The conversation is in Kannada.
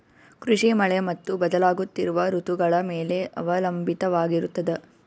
ಕೃಷಿ ಮಳೆ ಮತ್ತು ಬದಲಾಗುತ್ತಿರುವ ಋತುಗಳ ಮೇಲೆ ಅವಲಂಬಿತವಾಗಿರತದ